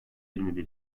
yirmi